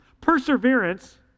Perseverance